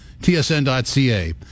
tsn.ca